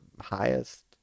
highest